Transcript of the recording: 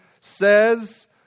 says